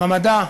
במדע,